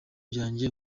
byanjye